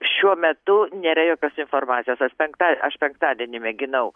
šiuo metu nėra jokios informacijos aš penkta aš penktadienį mėginau